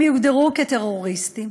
הם יוגדרו כטרוריסטים.